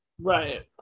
right